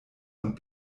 und